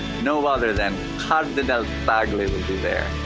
no other than cardinal tagle will be there.